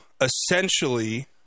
essentially